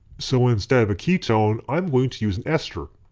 so instead of a ketone i'm going to use an ester.